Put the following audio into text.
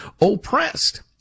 Oppressed